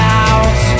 out